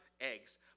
eggs